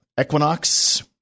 equinox